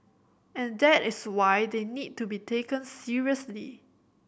and that is why they need to be taken seriously